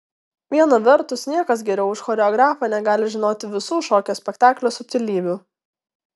viena vertus niekas geriau už choreografą negali žinoti visų šokio spektaklio subtilybių